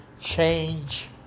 change